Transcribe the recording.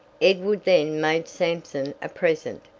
edward then made sampson a present,